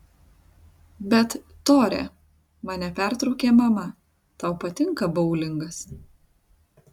bet tore mane pertraukė mama tau patinka boulingas